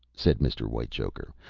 said mr. whitechoker.